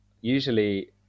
usually